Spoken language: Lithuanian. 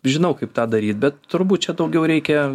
žinau kaip tą daryt bet turbūt čia daugiau reikia